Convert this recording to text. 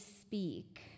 speak